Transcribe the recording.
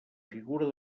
figura